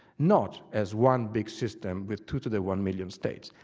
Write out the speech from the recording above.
not as one big system with two to the one millionth states.